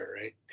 right